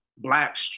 Black